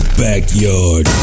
backyard